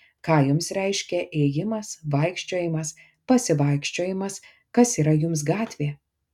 ką jums reiškia ėjimas vaikščiojimas pasivaikščiojimas kas yra jums gatvė